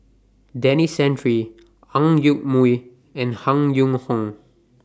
Denis Santry Ang Yoke Mooi and Han Yong Hong